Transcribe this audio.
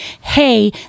hey